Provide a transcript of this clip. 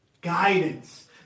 guidance